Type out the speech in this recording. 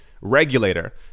regulator